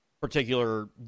particular